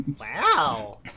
Wow